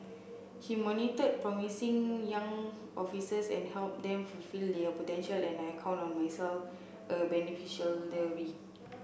he monitored promising young officers and help them fulfil potential and I count myself a beneficial